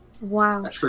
Wow